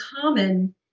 common